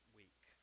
week